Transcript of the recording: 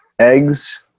Eggs